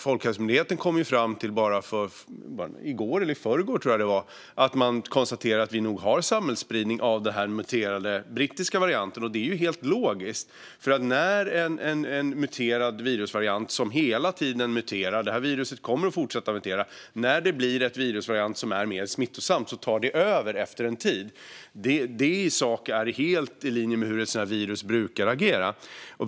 Folkhälsomyndigheten kom så sent som i går eller i förrgår fram till att de kunde konstatera att vi nog har en samhällsspridning av den muterade brittiska varianten. Det är helt logiskt, för när en muterad virusvariant som hela tiden muterar - och det här viruset kommer att fortsätta att mutera - och blir mer smittosam kommer den att ta över efter en tid. Det är i sak helt i linje med hur ett sådant här virus brukar agera.